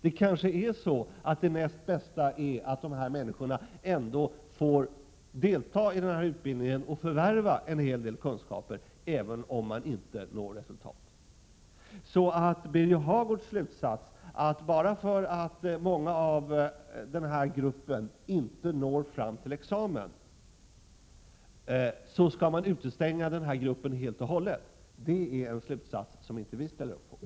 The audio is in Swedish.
Det näst bästa kanske är att dessa människor får delta i utbildningen och förvärva en hel del kunskaper, även om de inte når fram till en examen. Birger Hagårds slutsats, att man bara för att många av den här gruppeniinte når fram till examen skall utestänga den gruppen helt och hållet, är en slutsats som inte vi i centern ställer upp på.